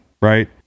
right